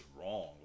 wrong